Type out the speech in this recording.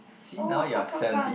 oh come come come